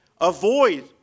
avoid